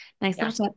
Nice